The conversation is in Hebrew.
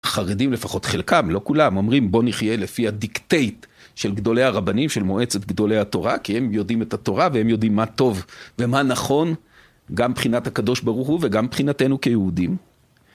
החרדים לפחות, חלקם, לא כולם, אומרים בוא נחיה לפי הדיקטייט של גדולי הרבנים, של מועצת גדולי התורה, כי הם יודעים את התורה והם יודעים מה טוב ומה נכון גם מבחינת הקדוש ברוך הוא וגם מבחינתנו כיהודים